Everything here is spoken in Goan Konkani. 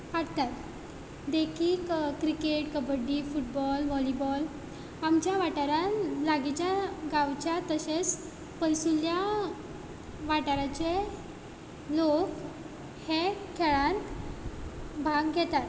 हाडटात देखीक क्रिकेट कबड्डी फुटबॉल वॉलीबॉल आमच्या वाठारांत लागींच्या गांवच्या तशेंच पयसुल्ल्या वाठाराचे लोक हे खेळांत भाग घेतात